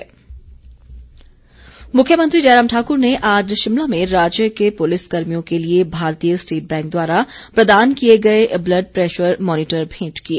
जयराम मुख्यमंत्री जयराम ठाकुर ने आज शिमला में राज्य के पुलिस कर्मियों के लिए भारतीय स्टेट बैंक द्वारा प्रदान किए गए ब्लड प्रैशर मॉनीटर भेंट किए